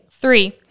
Three